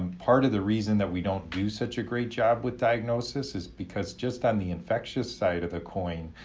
um part of the reason that we don't do such a great job with diagnosis is because, just on the infectious side of the coin,